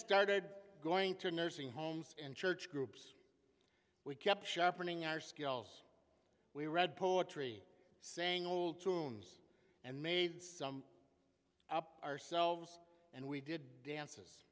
started going to nursing homes and church groups we kept sharpening our skills we read poetry saying old tunes and made some ourselves and we did dance